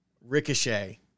Ricochet